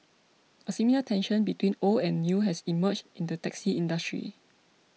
a similar tension between old and new has emerged in the taxi industry